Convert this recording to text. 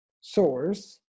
source